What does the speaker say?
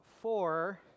four